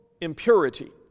impurity